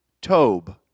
Tob